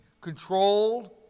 controlled